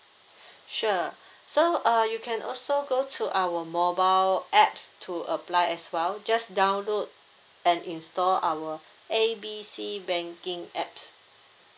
sure so uh you can also go to our mobile apps to apply as well just download and install our A B C banking apps